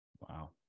Wow